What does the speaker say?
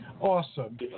Awesome